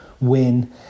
win